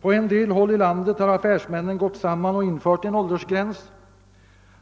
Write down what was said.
På en del håll i landet har affärsmännen gått samman och infört en åldersgräns.